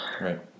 Right